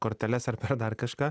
korteles ar per dar kažką